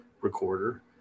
recorder